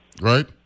right